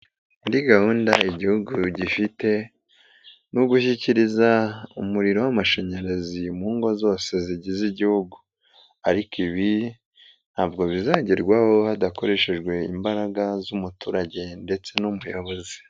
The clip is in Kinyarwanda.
Muri gahunda igihugu gifite ni ugushyikiriza umuriro w'amashanyarazi mu ngo zose zigize Igihugu, ariko ibi ntabwo bizagerwaho hadakoreshejwe imbaraga z'umuturage ndetse n'umuyobozi.